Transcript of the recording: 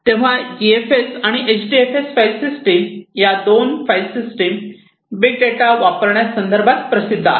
तेव्हा G F S आणि H D F S file system या दोन फाईल सिस्टिम बिग डेटा वापरण्या संदर्भात प्रसिद्ध आहेत